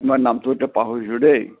মই নামটো এতিয়া পাহৰিছোঁ দেই